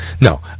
no